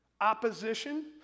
opposition